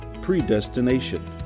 predestination